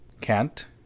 cant